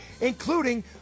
including